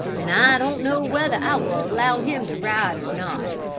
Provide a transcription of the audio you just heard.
and i don't know whether i will allow him to ride or not,